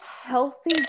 Healthy